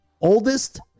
oldest